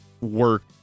work